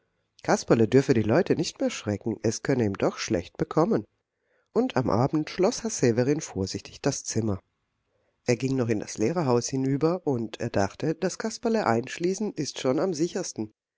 kasperle dürfe die leute nicht mehr schrecken es könne ihm doch schlecht bekommen und am abend schloß herr severin vorsichtig das zimmer er ging noch in das lehrerhaus hinüber und er dachte das kasperle einschließen ist schon am sichersten